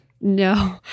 No